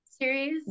series